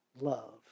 love